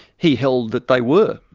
he held that they were,